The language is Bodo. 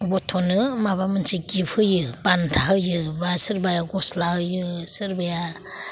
गथ'नो माबा मोनसे गिफ्त होयो बान्था होयो बा सोरबाया गस्ला होयो सोरबाया